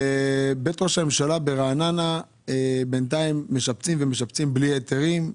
ואת בית ראש הממשלה ברעננה משפצים בינתיים בלי היתרים.